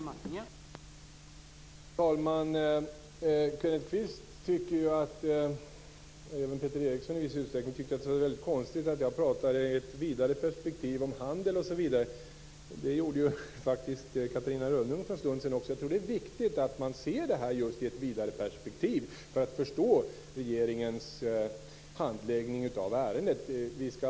Herr talman! Kenneth Kvist, och även Peter Eriksson i viss utsträckning, tyckte att det var konstigt att jag pratade i ett vidare perspektiv, om handel osv. Det gjorde faktiskt Catarina Rönning också för en stund sedan. Jag tror att det är viktigt att man ser det här i ett vidare perspektiv, för att förstå regeringens handläggning av ärendet.